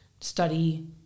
study